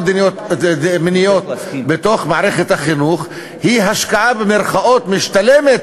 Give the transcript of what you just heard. מיניות בתוך מערכת החינוך היא "השקעה" משתלמת,